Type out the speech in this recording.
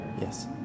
Yes